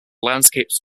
landscapes